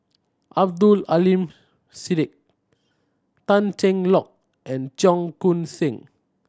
Abdul Aleem Siddique Tan Cheng Lock and Cheong Koon Seng